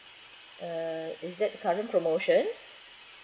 uh is that the current promotion